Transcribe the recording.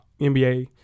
NBA